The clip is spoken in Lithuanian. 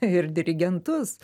ir dirigentus